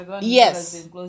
yes